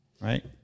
Right